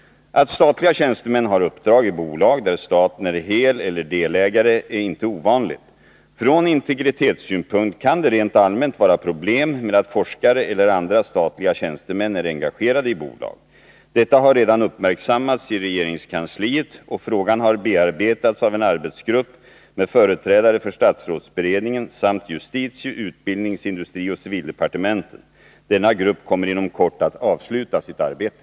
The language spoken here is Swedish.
Att statliga tjänstemän har uppdrag i bolag där staten är heleller delägare är inte ovanligt. Från integritetssynpunkt kan det rent allmänt vara problem med att forskare eller andra statliga tjänstemän är engagerade i bolag. Detta har redan uppmärksammats i regeringskansliet, och frågan har bearbetats av en arbetsgrupp med företrädare för statsrådsberedningen samt justitie-, utbildnings-, industrioch civildepartementen. Denna grupp kommer inom kort att avsluta sitt arbete.